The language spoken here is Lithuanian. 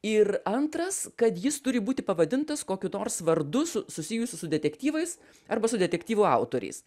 ir antras kad jis turi būti pavadintas kokiu nors vardu su susijusiu su detektyvais arba su detektyvų autoriais